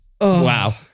Wow